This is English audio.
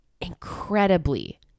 incredibly